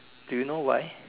do you know why